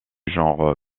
genre